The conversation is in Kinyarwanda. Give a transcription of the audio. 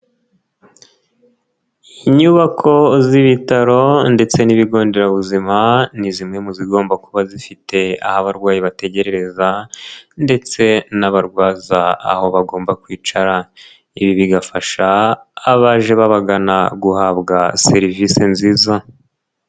Inyubako z'ibitaro ndetse n'ibigo nderabuzima ni zimwe mu zigomba kuba zifite aho abarwayi bategerereza ndetse n'abarwaza aho bagomba kwicara, ibi bigafasha abaje babagana guhabwa serivisi nziza.